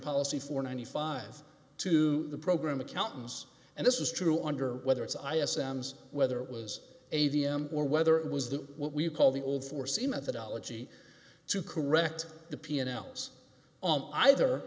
policy for ninety five to the program accountants and this is true under whether it's i s m s whether it was a d m or whether it was the what we call the old foreseen methodology to correct the p and l s on either